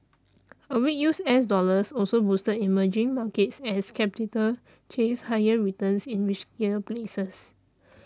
a weak use S dollars also boosted emerging markets as capital chased higher returns in riskier places